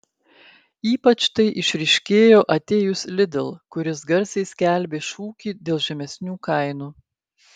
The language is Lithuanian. ypač tai išryškėjo atėjus lidl kuris garsiai skelbė šūkį dėl žemesnių kainų